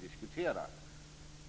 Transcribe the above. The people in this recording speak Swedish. diskutera hur detta skall genomföras.